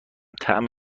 طعم